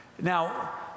Now